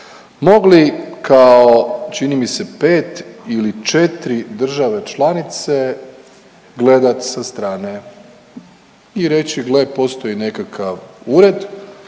mogli kao čini mi se pet ili četri države članice gledat sa strane i reći gle postoji nekakav ured